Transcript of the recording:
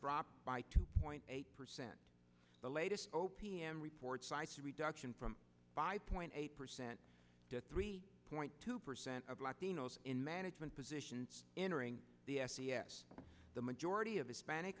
dropped by two point eight percent the latest o p m report cites a reduction from five point eight percent to three point two percent of latinos in management positions entering the s e s the majority of hispanic